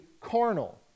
carnal